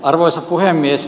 arvoisa puhemies